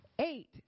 Eight